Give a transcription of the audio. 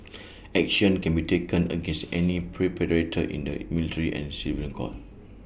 action can be taken against any perpetrator in the military and civilian court